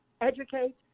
Educate